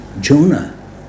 Jonah